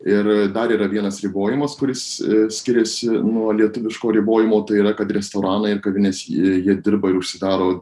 ir dar yra vienas ribojimas kuris skiriasi nuo lietuviško ribojimo tai yra kad restoranai ir kavinės jie dirba ir užsidaro